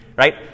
Right